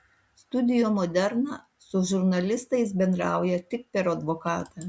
studio moderna su žurnalistais bendrauja tik per advokatą